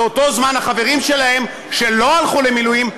באותו זמן החברים שלהם שלא הלכו למילואים,